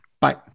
Bye